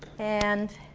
and,